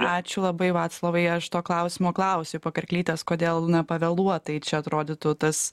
ačiū labai vaclovai aš to klausimo klausiau pakarklytės kodėl pavėluotai čia atrodytų tas